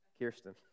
Kirsten